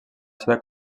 seva